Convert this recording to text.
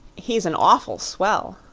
he's an awful swell.